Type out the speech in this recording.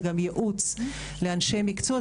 זה גם ייעוץ לאנשי מקצוע,